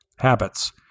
habits